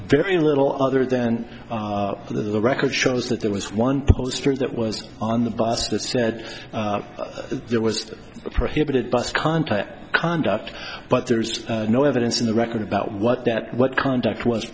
very little other than the record shows that there was one poster that was on the bus that said there was a prohibited bus contact conduct but there is no evidence in the record about what that what conduct was